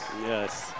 Yes